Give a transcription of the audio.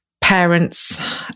parents